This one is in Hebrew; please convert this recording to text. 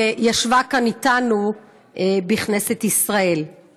אני רוצה להקדיש את דקת הנאום שלי לרשות